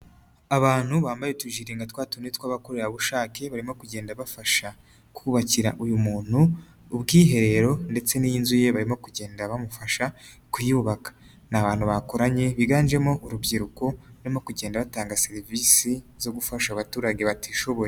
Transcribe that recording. Abantu bambaye utujirinda nka twa tundi tw'abakorerabushake barimo kugenda bafasha kubakira uyu muntu ubwiherero ndetse n'inzu ye barimo kugenda bamufasha kuyubaka, ni abantu bakoranye biganjemo urubyiruko barimo kugenda batanga serivisi zo gufasha abaturage batishoboye.